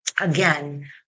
Again